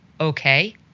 okay